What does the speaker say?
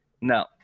No